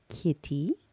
kitty